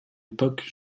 époque